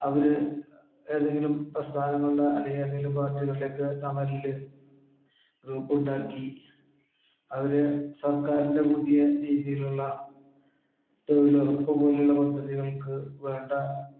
അവര് ഏതെങ്കിലും പ്രസ്ഥാനങ്ങളുടെ അല്ലെങ്കില് എന്തെങ്കിലും പാർട്ടികളുടെക്കെ തണലില് ഗ്രൂപ്പുണ്ടാക്കി അവര് സർക്കാരിൻ്റെ പുതിയ രീതിയിലുള്ള തൊഴിലുറപ്പ് പോലുള്ള പദ്ധതികൾക്ക് വേണ്ട